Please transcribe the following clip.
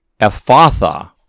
Ephatha